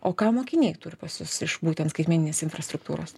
o ką mokiniai turi pas jus iš būtent skaitmeninės infrastruktūros